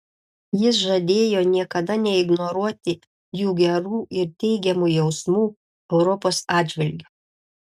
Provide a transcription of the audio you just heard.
jis žadėjo niekada neignoruoti jų gerų ir teigiamų jausmų europos atžvilgiu